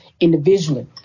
individually